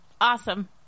Awesome